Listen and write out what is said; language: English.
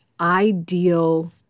ideal